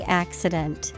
accident